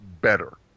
better